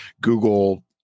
Google